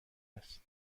است